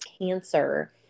cancer